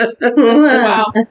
Wow